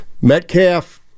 Metcalf